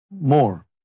More